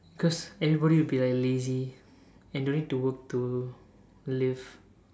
cause everybody will be like lazy and don't need to work too to live